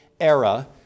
era